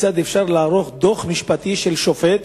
כיצד אפשר לערוך דוח משפטי של שופט,